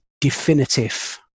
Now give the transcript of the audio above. definitive